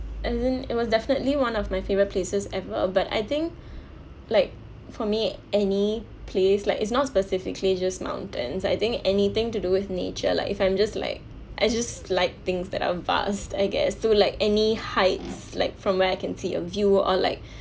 and then it was definitely one of my favourite places ever but I think like for me any place like it's not specific glaciers mountains I think anything to do with nature like if I'm just like I just like things that are vast I guess so like any heights like from where I can see a view or like